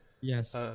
yes